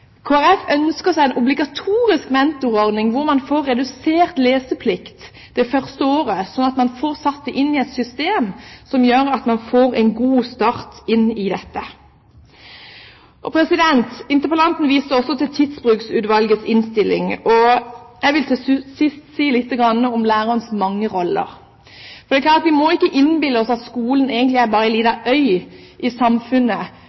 ønsker seg en obligatorisk mentorordning hvor man får redusert leseplikt det første året, slik at man får satt det i system, som gjør at man får en god start inn i dette. Interpellanten viste også til Tidsbrukutvalgets innstilling. Jeg vil til sist si litt om lærerens mange roller. Vi må ikke innbille oss at skolen bare er en liten øy, uten forbindelse til det som faktisk skjer rundt i samfunnet.